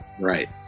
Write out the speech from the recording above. Right